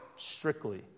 strictly